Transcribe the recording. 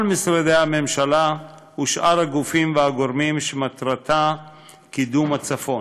משרדי הממשלה ושאר הגופים והגורמים שמטרתה קידום הצפון.